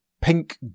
pink